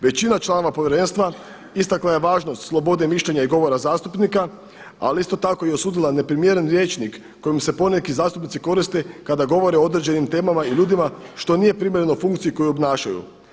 Većina članova povjerenstva istakla je važnost slobode mišljenja i govora zastupnika, ali isto tako i osudila neprimjeren rječnik kojim se poneki zastupnici koriste kada govore o određenim temama i ljudima što nije primjereno funkciji koju obnašaju.